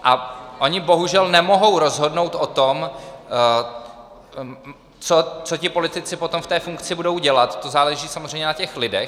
A oni bohužel nemohou rozhodnout o tom, co ti politici potom v té funkci budou dělat, to záleží samozřejmě na těch lidech.